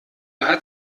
hat